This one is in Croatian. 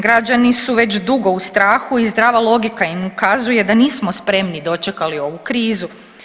Građani su već dugo u strahu i zdrava logika im ukazuje da nismo spremni dočekali ovu krizu.